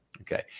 Okay